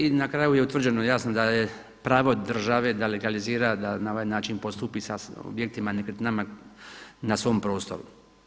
I na kraju je utvrđeno jasno da je pravo države da legalizira da na ovaj način postupi sa objektima, nekretninama na svom prostoru.